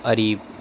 اریب